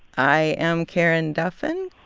i am karen duffin?